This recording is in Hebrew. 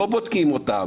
מסלול אחד לא בודקים כלום.